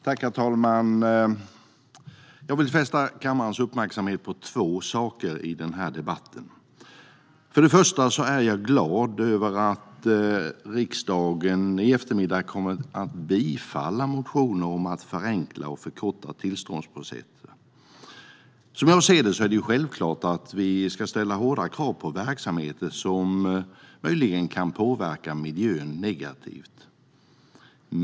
Herr talman! Jag vill fästa kammarens uppmärksamhet på två saker i den här debatten. Först och främst är jag glad över att riksdagen i eftermiddag kommer att bifalla en motion om att förenkla och förkorta tillståndsprocesser. Som jag ser det är det självklart att vi ska ställa hårda krav på verksamheter som möjligen kan påverka miljön negativt.